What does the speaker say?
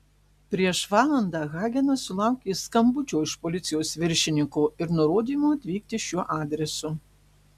prieš valandą hagenas sulaukė skambučio iš policijos viršininko ir nurodymo atvykti šiuo adresu